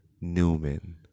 Newman